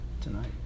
tonight